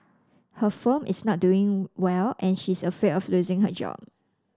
her firm is not doing well and she is afraid of losing her job